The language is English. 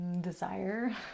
desire